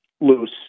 loose